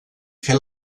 fer